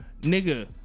nigga